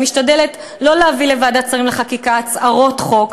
אני משתדלת לא להביא לוועדת שרים לחקיקה הצהרות חוק,